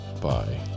Bye